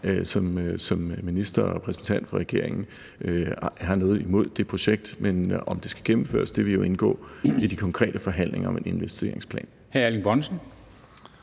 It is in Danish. som minister og repræsentant for regeringen har noget imod det projekt, men om det skal gennemføres, vil jo indgå i de konkrete forhandlinger om en investeringsplan.